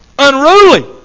unruly